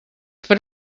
foot